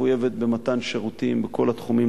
ומחויבת במתן שירותים בכל התחומים,